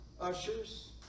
ushers